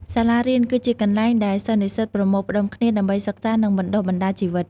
សាលារៀន គឺជាកន្លែងដែលសិស្សនិស្សិតប្រមូលផ្ដុំគ្នា ដើម្បីសិក្សានិងបណ្តុះបណ្តាលជីវិត។